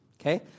Okay